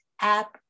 app